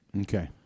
Okay